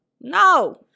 No